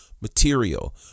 material